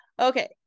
okay